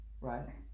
right